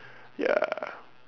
ya